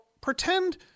pretend